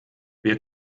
wir